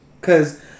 Cause